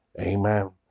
amen